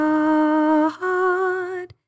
God